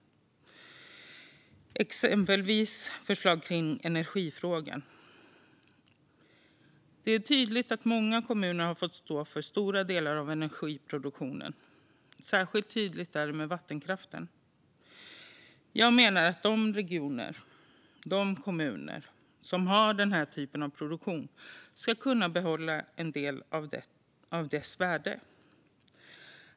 Det gäller exempelvis förslag kring energifrågan. Det är tydligt att några kommuner har fått stå för stora delar av energiproduktionen. Särskilt tydligt är det med vattenkraften. Jag menar att de regioner och de kommuner som har den här typen av produktion ska kunna få behålla en del av dess värde.